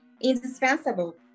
indispensable